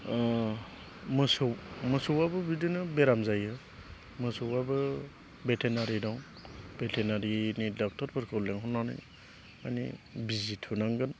मोसौ मोसौआबो बिदिनो बेराम जायो मोसौआबो भेटेनारि दं भेटेनारिनि दक्ट'रफोरखौ लिंहरनानै माने बिजि थुनांगोन